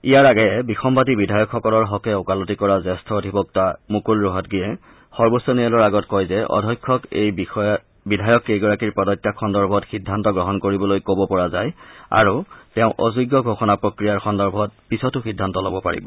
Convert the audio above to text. ইয়াৰ আগেয়ে বিসম্বাদী বিধায়কসকলৰ হকে ওকালতি কৰা জ্যেষ্ঠ অধিবক্তা মুকুল ৰোহাতগিয়ে সৰ্বোচ্চ ন্যায়ালয়ৰ আগত কয় যে অধ্যক্ষ এই বিধায়ককেইগৰাকীৰ পদত্যাগ সন্দৰ্ভত সিদ্ধান্ত গ্ৰহণ কৰিবলৈ কব পৰা যায় আৰু তেওঁ অযোগ্য ঘোষণা প্ৰক্ৰিয়াৰ সন্দৰ্ভত পিছতো সিদ্ধান্ত ল'ব পাৰিব